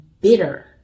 bitter